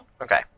okay